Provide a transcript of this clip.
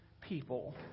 people